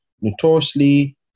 notoriously